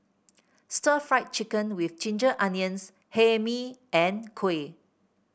Stir Fried Chicken with Ginger Onions Hae Mee and kuih